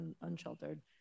unsheltered